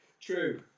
True